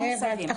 לא מוסבים.